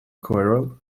quarrel